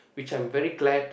which I'm very glad